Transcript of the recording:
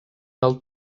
del